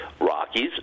Rockies